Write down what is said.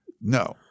no